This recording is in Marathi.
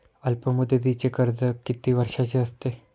अल्पमुदतीचे कर्ज किती वर्षांचे असते?